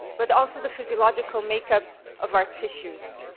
but also the physiological makeup of our tissues.